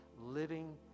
living